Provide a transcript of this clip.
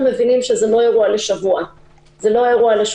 אני מבין שהם לא שנויים במחלוקת.